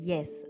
Yes